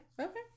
Okay